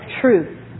truth